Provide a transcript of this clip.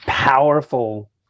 Powerful